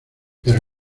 pero